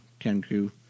Kenku